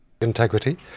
Integrity